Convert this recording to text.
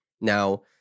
Now